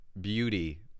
beauty